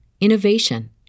innovation